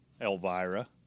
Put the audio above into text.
Elvira